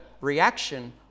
reaction